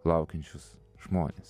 laukiančius žmones